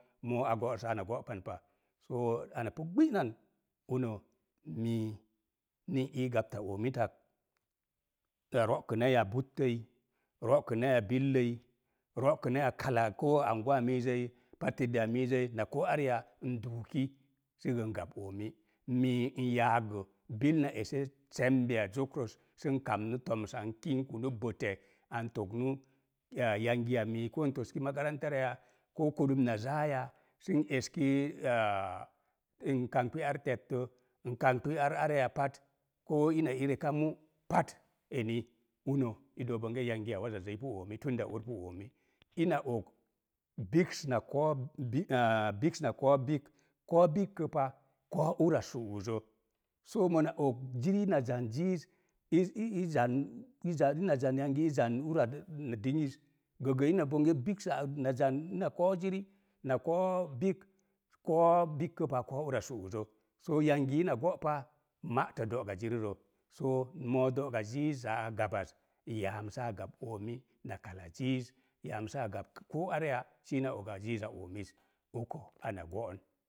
Moo a go'rəsə ana go'panpa, soo ana pu gbi'nan, uno mii ni n ii gapta oomitak, na ro'kənai a buttəm, na ro'kənai billəi, ro'kənai a ko miz zəi na koo areya n duuki si gə n gob oomi, mii n yaak gəbil na ese zokrəz, sən kamnu tomsa n kinkunu an tognu yangiya mii ko n toski makaranta rə yaa, koo kunub na zaa yaa, sən eski n kangɓi ar tellə, n kangɓi ar areya pat koo ina ii rekamu pat, eni uno i doog bonge yangiya wazazzəi pu oomi ur pn oomi. Ina og biks na koo biks, koo bik kə pa koo ura su'uz zə. Soo mona og ziri ina zan ziiz, ii zan zan yangi izan ura dingiz gə gə ina bonge biks sa as na zan ina koo ziri na koo bik, koo bik kəpa, koo ura koo ura su'uzə. soo yangi ina go'pa, ma'tə do'ga ziri rə. soo moo do'go ziiz a gabaz, yaam saa gab oomi na ziiz, yaam saa gab koo areya sii na oga ziiza oomiz, uko ana go'on.